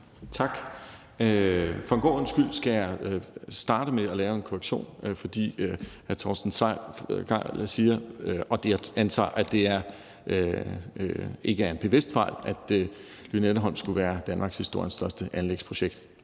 Tak. For en god ordens skyld skal jeg starte med at lave en korrektion. For hr. Torsten Gejl siger – og det antager jeg ikke er en bevidst fejl – at Lynetteholm skulle være danmarkshistoriens største anlægsprojekt.